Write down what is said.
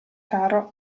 caro